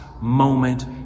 Moment